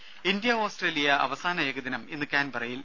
ദേദ India Australia അവസാന ഏകദിനം ഇന്ന് കാൻബറയിൽ